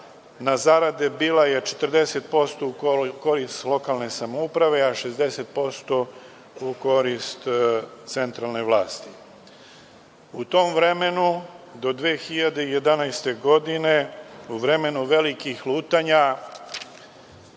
na zarade bila je 40% u korist lokalne samouprave, a 60% u korist centralne vlasti. U tom vremenu do 2011. godine, u vremenu velikih lutanja